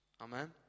Amen